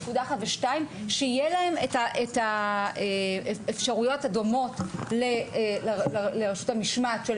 שתהיינה להם האפשרויות הדומות למשמעת של